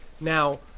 Now